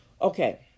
Okay